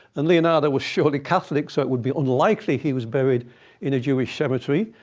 and leonardo was surely catholic, so it would be unlikely he was buried in a jewish cemetery.